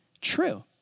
true